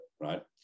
right